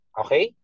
okay